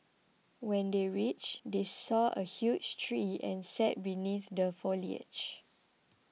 when they reached they saw a huge tree and sat beneath the foliage